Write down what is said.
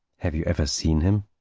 have you ever seen him?